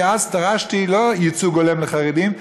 כי אז דרשתי לא ייצוג הולם לחרדים,